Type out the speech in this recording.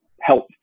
help